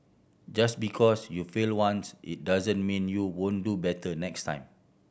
just because you fail once it doesn't mean you won't do better next time